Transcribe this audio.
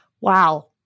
Wow